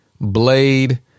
Blade